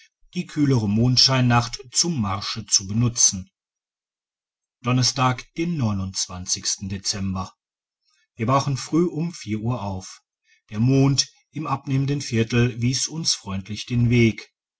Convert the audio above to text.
die kühlere mondscheinnacht zum marsche zu benutzen donnerstag dezember wir brachen früh um vier uhr auf der mond im abnehmenden viertel wies uns freundlich den weg